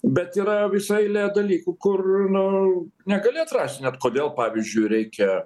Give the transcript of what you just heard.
bet yra visa eilė dalykų kur nu negali atrast net kodėl pavyzdžiui reikia